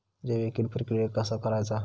जैविक कीड प्रक्रियेक कसा करायचा?